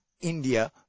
India